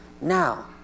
now